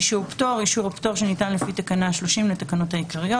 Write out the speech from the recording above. "אישור פטור" אישור הפטור שניתן לפי תקנה 30 לתקנות העיקריות,